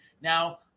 Now